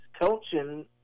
coaching